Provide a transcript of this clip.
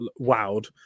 wowed